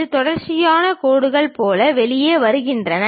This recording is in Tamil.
இது தொடர்ச்சியான கோடு போல வெளியே வருகிறது